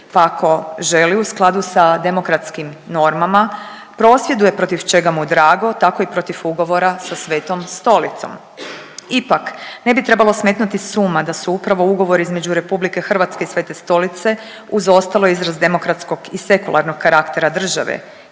pa ako želi u skladu sa demokratskim normama, prosvjeduje protiv čega mu drago tako i protiv ugovora sa Svetom stolicom. Ipak ne bi trebalo smetnuti s uma da su upravo ugovori između RH i Svete stolice uz ostalo, izraz demokratskog i sekularnog karaktera države